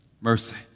Mercy